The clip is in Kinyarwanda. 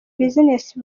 business